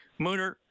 Mooner